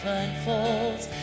unfolds